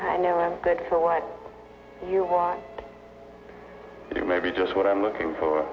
i know i'm good for what you want maybe just what i'm looking for